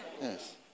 Yes